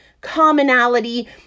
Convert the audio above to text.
commonality